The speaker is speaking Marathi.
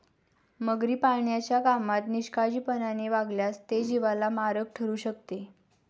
मगरी पाळण्याच्या कामात निष्काळजीपणाने वागल्यास ते जीवाला मारक ठरू शकते